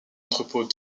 entrepôts